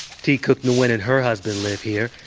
thi cuc nguyen and her husband live here,